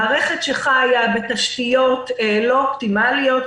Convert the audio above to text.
מערכת שחיה בתשתיות לא אופטימליות,